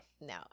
No